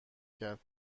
کرد